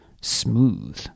Smooth